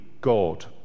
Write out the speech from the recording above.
God